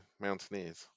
mountaineers